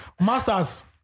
masters